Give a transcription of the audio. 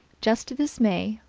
just this may,